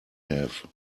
have